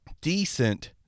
decent